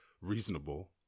reasonable